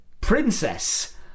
princess